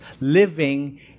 living